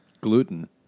Gluten